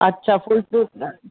अच्छा full suit न